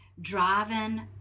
driving